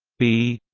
b